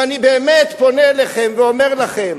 ואני באמת פונה אליכם ואומר לכם: